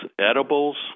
edibles